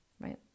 right